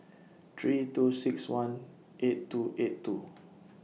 three two six one eight two eight two